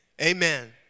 amen